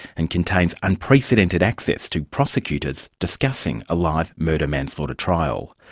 and contains unprecedented access to prosecutors discussing a live murder-manslaughter trial.